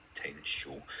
potential